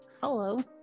Hello